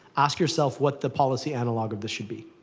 ask yourself what the policy analog of this should be.